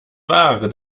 ware